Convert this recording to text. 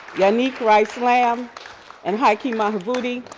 yanick rice-lamb and haki madhubuti,